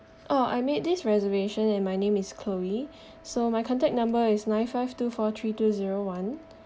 oh I made this reservation and my name is chloe so my contact number is nine five two four three two zero one